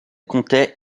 comptait